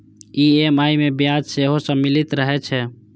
EMI मे ब्याज सेहो सम्मिलित रहै छै